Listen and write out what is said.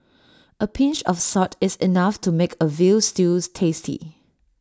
A pinch of salt is enough to make A Veal Stew tasty